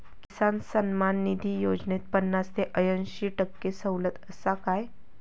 किसान सन्मान निधी योजनेत पन्नास ते अंयशी टक्के सवलत आसा काय?